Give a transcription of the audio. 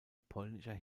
polnischer